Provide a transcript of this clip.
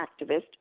activist